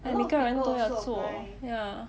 like 每个人都要做 ya